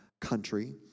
country